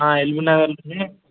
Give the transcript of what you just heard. ఎల్బినగర్లోనే